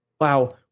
wow